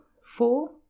four